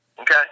Okay